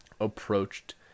approached